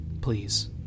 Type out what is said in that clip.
please